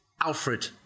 Alfred